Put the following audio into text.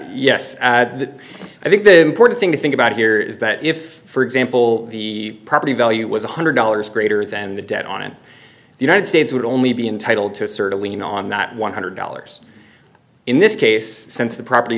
yes i think the important thing to think about here is that if for example the property value was one hundred dollars greater than the debt on the united states would only be entitled to assert a lien on that one hundred dollars in this case since the property